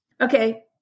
Okay